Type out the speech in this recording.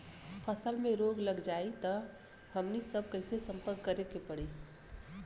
फसल में रोग लग जाई त हमनी सब कैसे संपर्क करें के पड़ी?